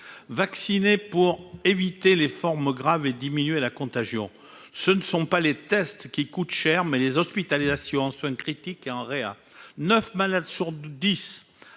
vacciner pour éviter les formes graves et diminuer la contagion, ce ne sont pas les tests qui coûtent cher, mais les hospitalisations en soins critiques réa 9 malades sur 10